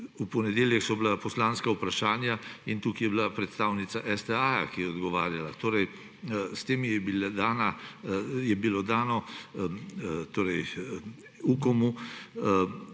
v ponedeljek so bila poslanska vprašanja in tukaj je bila predstavnica STA, ki je odgovarjala. S tem je bilo dano Ukomu